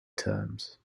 terms